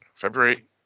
February